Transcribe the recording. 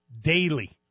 daily